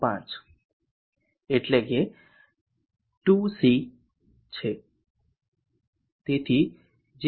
5 અથવા 2 C છે